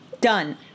Done